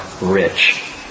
rich